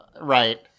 Right